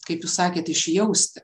kaip jūs sakėt išjausti